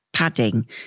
Padding